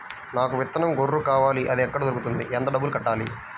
నాకు విత్తనం గొర్రు కావాలి? అది ఎక్కడ దొరుకుతుంది? ఎంత డబ్బులు కట్టాలి?